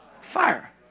fire